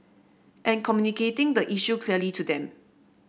and communicating the issue clearly to them